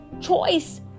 choice